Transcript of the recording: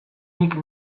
nik